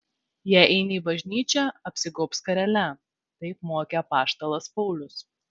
jei eini į bažnyčią apsigaubk skarele taip mokė apaštalas paulius